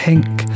Pink